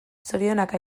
zorionak